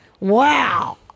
wow